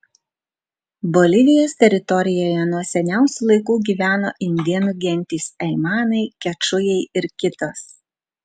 bolivijos teritorijoje nuo seniausių laikų gyveno indėnų gentys aimanai kečujai ir kitos